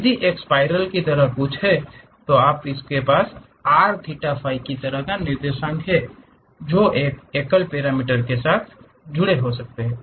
यदि यह एक स्पायरल की तरह कुछ है तो आपके पास r थीटा फाई तरह के निर्देशांक हैं जो एक एकल पैरामीटर के साथ जुड़े हो सकते हैं